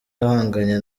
ahanganye